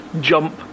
jump